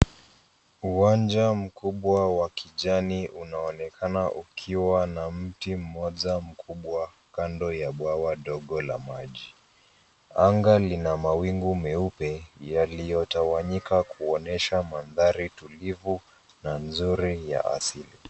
Uwanja mkubwa wa kijani unaonekana ukiwa na mti mmoja mkubwa kando ya bwawa dogo la maji. Anga lina mawingu meupe yaliyotawanyika kuonyesha mandhari tulivu na nzuri ya asili.